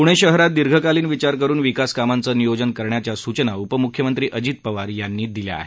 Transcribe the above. प्णे शहरात दीर्घकालीन विचार करुन विकासकामांचं नियोजन करण्याच्या सूचना उपम्ख्यमंत्री अजित पवार यांनी दिल्या आहेत